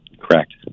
Correct